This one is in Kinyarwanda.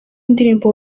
indirimbo